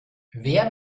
wer